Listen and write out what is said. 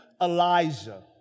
Elijah